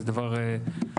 זה דבר מינורי.